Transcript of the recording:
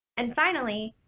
and finally,